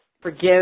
forgive